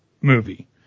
movie